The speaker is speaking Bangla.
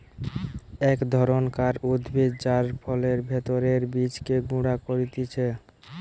এক ধরণকার উদ্ভিদ যার ফলের ভেতরের বীজকে গুঁড়া করতিছে